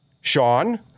Sean